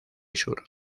sur